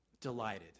delighted